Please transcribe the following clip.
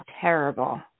terrible